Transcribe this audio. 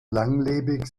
langlebig